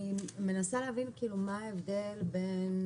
אני מנסה להבין מה ההבדל בין